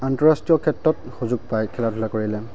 আন্তঃৰাষ্ট্ৰীয় ক্ষেত্ৰত সুযোগ পায় খেলা ধূলা কৰিলে